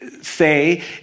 say